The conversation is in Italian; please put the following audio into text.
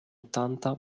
ottanta